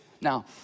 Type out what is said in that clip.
Now